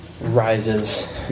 rises